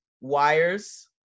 Wires